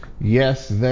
Yes